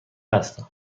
هستم